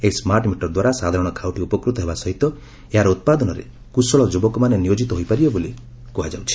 ଏହି smart meter ଦ୍ୱାରା ସାଧାରଣ ଖାଉଟୀ ଉପକୃତ ହେବା ସହିତ ଏହାର ଉତ୍ପାଦନରେ କ୍ରଶଳ ଯୁବକମାନେ ନିୟୋଜିତ ହୋଇପାରିବେ ବୋଲି କୁହାଯାଉଛି